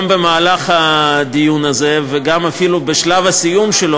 גם במהלך הדיון הזה וגם אפילו בשלב הסיום שלו,